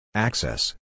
Access